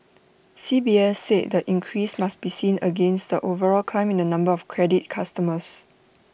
C B S said the increase must be seen against the overall climb in the number of credit customers